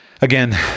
Again